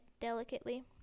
delicately